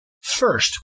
First